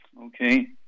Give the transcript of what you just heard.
okay